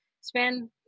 spend